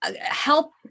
help